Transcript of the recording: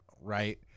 right